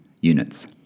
units